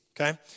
okay